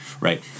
right